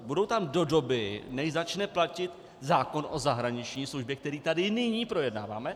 Budou tam do doby, než začne platit zákon o zahraniční službě, který tady nyní projednáváme?